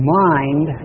mind